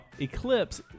Eclipse